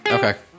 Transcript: Okay